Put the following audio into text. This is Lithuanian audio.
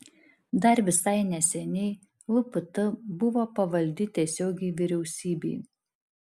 dar visai neseniai vpt buvo pavaldi tiesiogiai vyriausybei